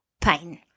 pain